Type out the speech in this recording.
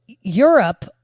Europe